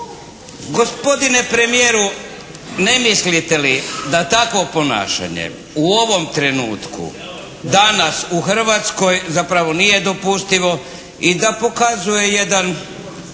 Gospodine premijeru, ne mislite li da takvo ponašanje u ovom trenutku danas u Hrvatskoj zapravo nije dopustivo i da pokazuje jedan